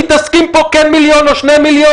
מתעסקים פה כן מיליון או 2 מיליון.